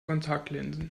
kontaktlinsen